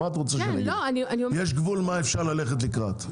יש גבול מה אפשר ללכת לקראת.